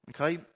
Okay